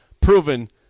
proven